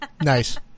Nice